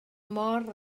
mor